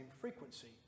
frequency